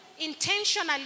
intentionally